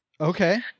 Okay